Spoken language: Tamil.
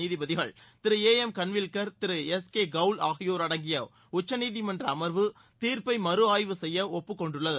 நீதிபதிகள் திரு ஏ எம் கன்வில்கர் மற்றும் திரு எஸ் கே கவுல் ஆகியோர் அடங்கிய உச்சநீதிமன்றம் அமர்வு தீர்ப்பை மறுஆய்வு செய்ய ஒப்புக்கொண்டுள்ளது